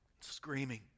screaming